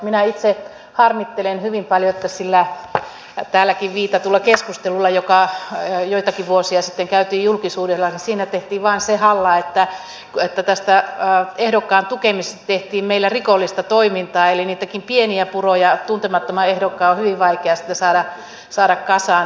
minä itse harmittelen hyvin paljon sitä että sillä keskustelulla johon täälläkin viitattiin ja joka joitakin vuosia sitten käytiin julkisuudessa tehtiin vain se halla että tästä ehdokkaan tukemisesta tehtiin meillä rikollista toimintaa eli niitä pieniäkin puroja tuntemattoman ehdokkaan on hyvin vaikea sitten saada kasaan